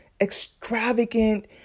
extravagant